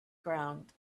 ground